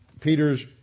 Peter's